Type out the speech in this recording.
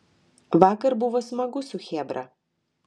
vakar buvo smagu su chebra